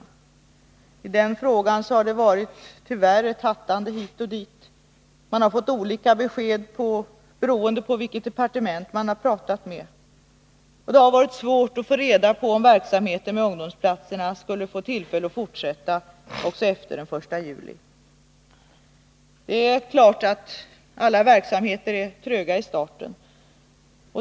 Men i den frågan har det tyvärr varit ett hattande hit och dit. Ungdomarna har fått olika besked, beroende på vilket departement de har talat med. Det har varit svårt att få reda på om verksamheten med ungdomsplatserna skulle få tillfälle att fortsätta också efter den 1 juli. Det är klart att alla verksamheter är tröga i starten.